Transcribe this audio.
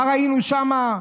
מה ראינו שם?